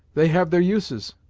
they have their uses,